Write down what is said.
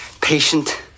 patient